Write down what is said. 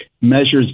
measures